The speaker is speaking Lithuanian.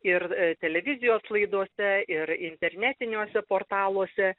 ir televizijos laidose ir internetiniuose portaluose